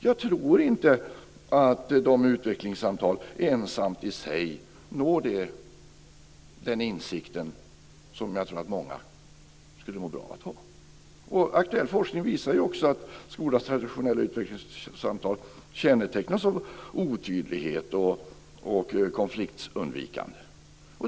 Jag tror inte att man med enbart utvecklingssamtalen når den insikt som jag tror att många skulle må bra av att ha. Aktuell forskning visar också att skolans traditionella utvecklingssamtal kännetecknas av otydlighet och undvikande av konflikter.